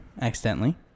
accidentally